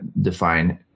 define